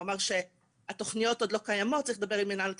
הוא אמר שהתוכניות עוד לא קיימות וצריך לדבר עם מינהל התכנון.